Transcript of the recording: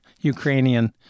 Ukrainian